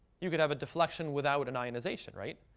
you could have a deflection without an ionization, right?